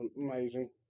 amazing